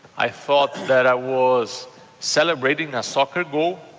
i thought that i was celebrating a soccer goal,